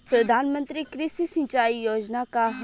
प्रधानमंत्री कृषि सिंचाई योजना का ह?